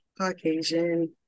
Caucasian